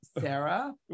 Sarah